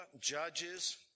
Judges